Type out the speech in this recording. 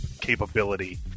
capability